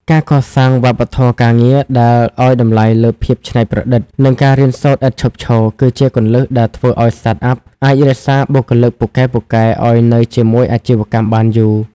ការកសាងវប្បធម៌ការងារដែលឱ្យតម្លៃលើភាពច្នៃប្រឌិត និងការរៀនសូត្រឥតឈប់ឈរ គឺជាគន្លឹះដែលធ្វើឱ្យ Startup អាចរក្សាបុគ្គលិកពូកែៗឱ្យនៅជាមួយអាជីវកម្មបានយូរ។